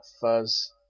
Fuzz